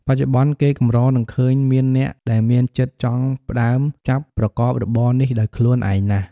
បច្ចុប្បន្ន គេកម្រនឹងឃើញមានអ្នកដែលមានចិត្តចង់ផ្ដើមចាប់ប្រកបរបរនេះដោយខ្លួនឯងណាស់។